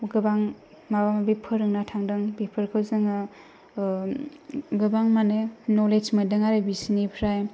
गोबां माबा माबि फोरोंना थांदों बेफोरखौ जोङो गोबां माने नलेज मोनदों आरो बिसोरनिफ्राय